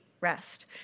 rest